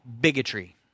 Bigotry